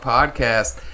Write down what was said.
Podcast